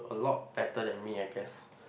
a lot better than me I guess